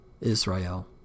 Israel